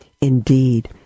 Indeed